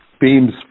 beams